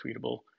tweetable